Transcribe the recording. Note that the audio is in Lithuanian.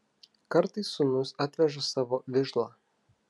kartais sūnus atveža savo vižlą